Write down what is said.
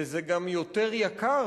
וזה גם יותר יקר,